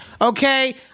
okay